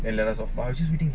and let us off budget already